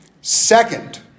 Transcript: Second